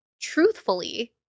truthfully